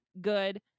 good